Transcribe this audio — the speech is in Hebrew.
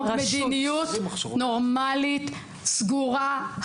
או מדיניות נורמלית סגורה,